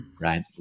right